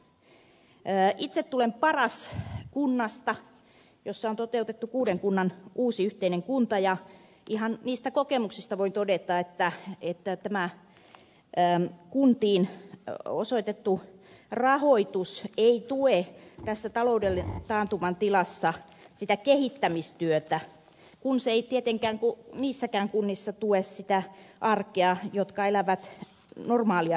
itse tulen paras kunnasta jossa on toteutettu kuuden kunnan uusi yhteinen kunta ja ihan niistä kokemuksista voin todeta että tämä kuntiin osoitettu rahoitus ei tue tässä talouden taantuman tilassa sitä kehittämistyötä kun se ei tietenkään tue sitä arkea niissäkään kunnissa jotka elävät normaalia rutiiniaan